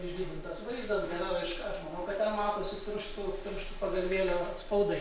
išdidintas vaizdas gera raiška aš manau kad ten matosi pirštų pirštų pagalvėlių atspaudai